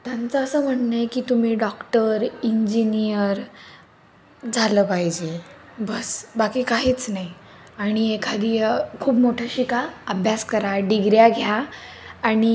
तांचं असं म्हणणं आहे की तुम्ही डॉक्टर इंजीनीयर झालं पाहिजे बस्स् बाकी काहीच नाही आणि एखादी खूप मोठं शिका अभ्यास करा डीग्र्या घ्या आणि